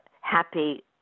happy